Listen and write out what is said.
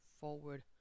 forward